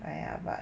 !aiya! but